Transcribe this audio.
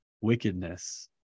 wickedness